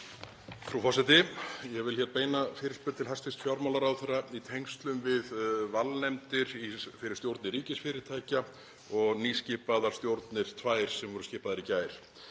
Frú forseti. Ég vil beina fyrirspurn til hæstv. fjármálaráðherra í tengslum við valnefndir fyrir stjórnir ríkisfyrirtækja og tvær nýskipaðar stjórnir sem voru skipaðar í gær.